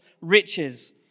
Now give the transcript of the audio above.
riches